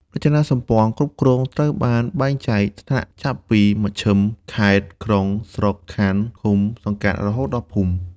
រចនាសម្ព័ន្ធគ្រប់គ្រងត្រូវបានបែងចែកថ្នាក់ចាប់ពី មជ្ឈិម ខេត្ត-ក្រុង ស្រុក-ខណ្ឌ ឃុំ-សង្កាត់ រហូតដល់ភូមិ។